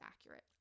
accurate